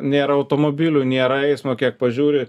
nėra automobilių nėra eismo kiek pažiūri